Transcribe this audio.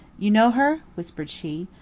you know her? whispered she.